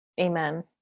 Amen